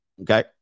Okay